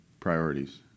priorities